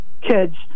kids